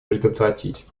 предотвратить